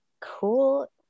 cool